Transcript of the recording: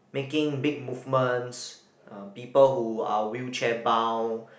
making big movements um people who are wheelchair bound